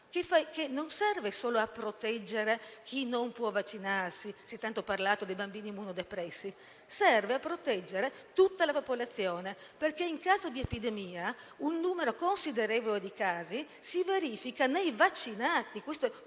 non serve solo a proteggere chi non può vaccinarsi (si è tanto parlato dei bambini immunodepressi), ma serve a proteggere tutta la popolazione, perché, in caso di epidemia, un numero considerevole di casi si verifica nei vaccinati.